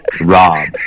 Rob